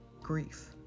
grief